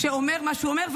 כשהוא אומר מה שהוא אומר,